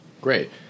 Great